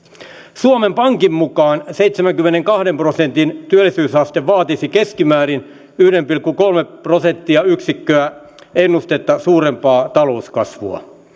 suomen pankin mukaan seitsemänkymmenenkahden prosentin työllisyysaste vaatisi keskimäärin yksi pilkku kolme prosentti yksikköä ennustetta suurempaa talouskasvua